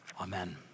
Amen